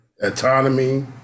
autonomy